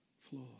floor